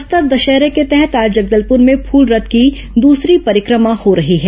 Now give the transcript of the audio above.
बस्तर दशहरे के तहत आज जगदलपुर में फूल रथ की दूसरी परिक्रमा हो रही है